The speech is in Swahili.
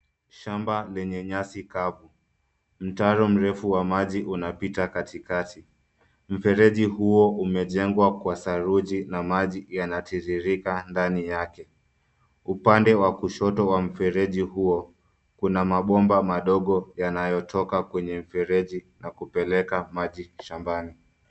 Shamba lenye nyasi kavu, mtaro mrefu wa maji unapita katikati, mfereji huo umejengwa kwa saruji na maji yanatiririka ndani yake, upande wa kushoto wa mfereji huo, kuna mabomba madogo yanayotoka kwenye mfereji na kupeleka maji shambani.